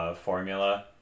formula